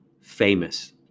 famous